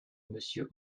monsieur